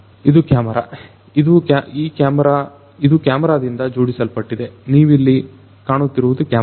ಇದು ಕ್ಯಾಮೆರಾ ಇದು ಕ್ಯಾಮರಾದಿಂದ ಜೋಡಿಸಲ್ಪಟ್ಟಿದೆ ನೀವಿಲ್ಲಿ ಕಾಣುತ್ತಿರುವುದು ಕ್ಯಾಮೆರಾ